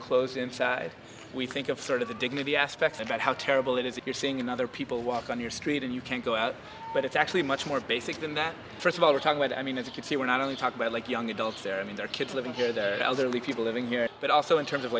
close inside we think of sort of the dignity aspects about how terrible it is that you're seeing another people walk on your street and you can't go out but it's actually much more basic than that first of all to talk about i mean if you can see we're not only talk about like young adults here i mean there are kids living here elderly people living here but also in terms of